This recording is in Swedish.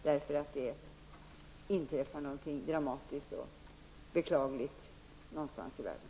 Det kan vi få om det inträffar något dramatiskt och beklagligt någonstans i världen.